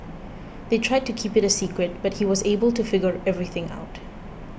they tried to keep it a secret but he was able to figure everything out